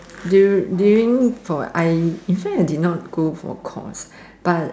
during during for like I in fact I didn't go for course but